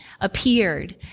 appeared